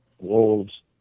wolves